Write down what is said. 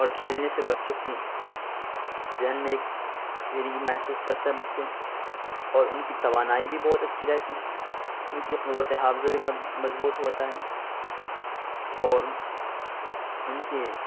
اور كھیلنے سے بچّوں كی ذہن میں ایک فری محسوس كرتے ہیں بچّے اور ان كی توانائی بھی بہت اچّھی رہتی ہے ان كی قوت حافظہ بھی مضبوط ہوتا ہے اور ان کے